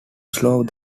solve